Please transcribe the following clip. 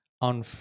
on